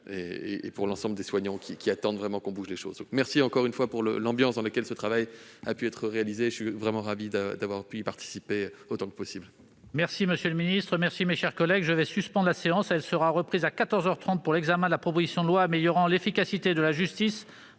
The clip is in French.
et l'ensemble des soignants, qui attendent vraiment qu'on fasse bouger les choses. Merci encore une fois pour l'ambiance dans laquelle ce travail s'est déroulé ; je suis vraiment ravi d'avoir pu y participer autant que possible.